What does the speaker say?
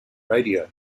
radio